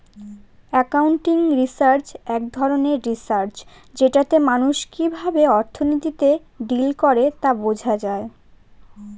accounting research এক ধরনের research যেটাতে মানুষ কিভাবে অর্থনীতিতে ডিল করে তা বোঝা যায়